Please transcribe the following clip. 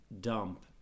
dump